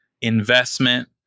investment